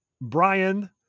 Brian